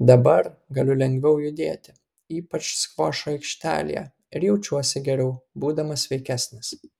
dabar galiu lengviau judėti ypač skvošo aikštelėje ir jaučiuosi geriau būdamas sveikesnis